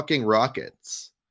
rockets